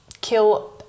kill